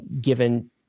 given